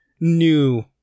new